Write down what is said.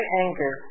anger